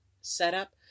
setup